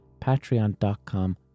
Patreon.com